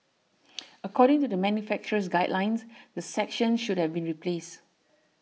according to the manufacturer's guidelines the section should have been replaced